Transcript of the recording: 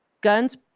Guns